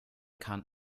kahn